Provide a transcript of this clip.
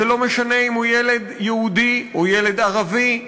זה לא משנה אם הוא ילד יהודי או ילד ערבי.